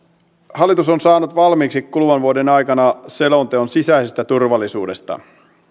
hallitus on saanut valmiiksi kuluvan vuoden aikana selonteon sisäisestä turvallisuudesta